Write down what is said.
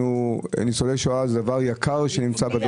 הטיפול בניצולי השואה בדור הזה יקר לנו.